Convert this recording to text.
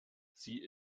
sie